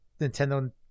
Nintendo